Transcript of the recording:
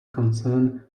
concern